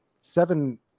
seven